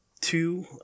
two